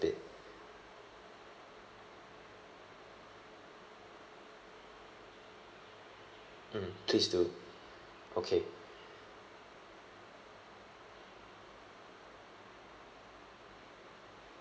mm please do okay